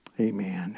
Amen